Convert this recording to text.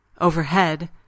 Overhead